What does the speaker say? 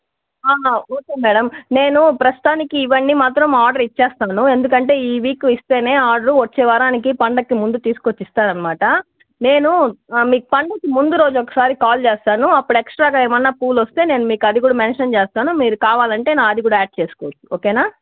okay madam నేను ప్రస్తుతానికి ఇవన్నీ మాత్రం ఆర్డర్ ఇచ్చేస్తాను ఎందుకంటే ఈ వీక్ ఇస్తేనే ఆర్డరు వచ్చే వారానికి పండగకి ముందు తీసుకొచ్చి ఇస్తారన్నమాట నేను మీకు పండగకి ముందు రోజు ఒకసారి కాల్ చేస్తాను అప్పుడు ఎక్స్ట్రా గా ఏమైనా పూలోస్తే మీకు అవి కూడా మెన్షన్ చేస్తాను మీరు కావాలంటే అది కూడా యాడ్ చేసుకోండి ఓకే నా